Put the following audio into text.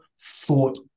thought